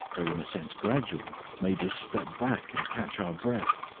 though in a sense gradual, made us step back and catch our breath.